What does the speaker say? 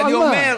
לא.